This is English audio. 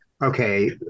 Okay